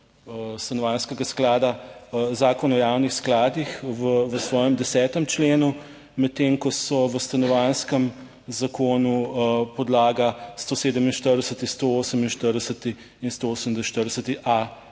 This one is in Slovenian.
stanovanjskega sklada Zakon o javnih skladih v svojem 10. členu, medtem ko so v stanovanjskem zakonu podlaga 147., 148. in 148.a člen,